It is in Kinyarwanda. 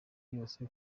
yose